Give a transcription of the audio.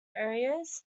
areas